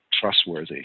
trustworthy